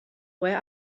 where